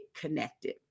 connected